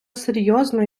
серйозно